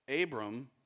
Abram